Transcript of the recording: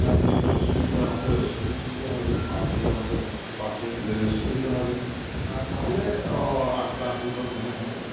তিরিশ চল্লিশ কিলোমিটার অন্তর রেস্ট অফিস দিতে হবে পাঁচ মিনিট অন্ত পাঁচ মিনিট বেড রেস্ট নিতে হবে তাহলে আর ক্লান্তিকর মনে হবে না